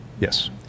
yes